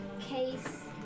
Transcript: case